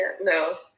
no